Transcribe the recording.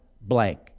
blank